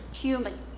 human